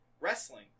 Wrestling